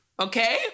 okay